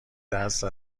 دست